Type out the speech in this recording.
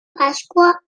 pasqua